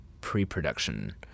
pre-production